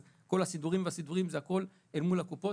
לכן כל הסידורים זה הכול אל מול הקופות,